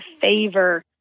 favor